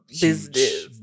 business